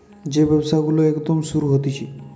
যেই ব্যবসা গুলো একদম নতুন শুরু হতিছে